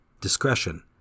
Discretion